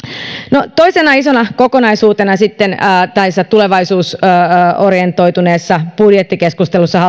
no toisena isona kokonaisuutena sitten tässä tulevaisuusorientoituneessa budjettikeskustelussa